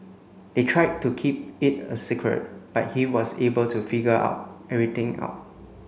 they tried to keep it a secret but he was able to figure out everything out